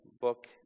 book